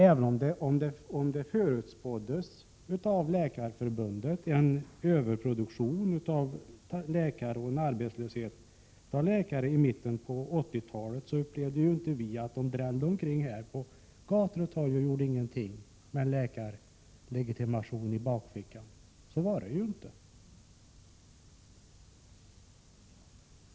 Även om Läkarförbundet förutspådde en överproduktion av läkare och en arbetslöshet för läkare i mitten på 1980-talet upplevde inte vi att de drällde omkring sysslolösa på gator och torg med läkarlegitimationen i bakfickan. Så var det inte!